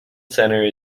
center